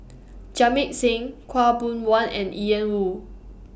Jamit Singh Khaw Boon Wan and Ian Woo